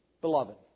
beloved